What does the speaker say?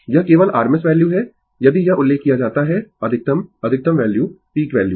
यह केवल RMS value है यदि यह उल्लेख किया जाता है अधिकतम अधिकतम वैल्यू पीक वैल्यू